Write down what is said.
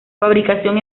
fabricación